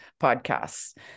podcasts